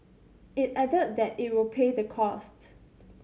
it added that it will pay the costs